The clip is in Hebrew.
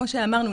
כמו שאמרנו,